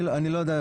אני לא יודע,